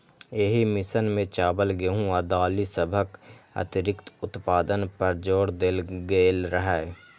एहि मिशन मे चावल, गेहूं आ दालि सभक अतिरिक्त उत्पादन पर जोर देल गेल रहै